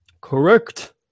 Correct